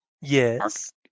Yes